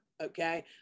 Okay